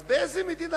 אז באיזה מדינה?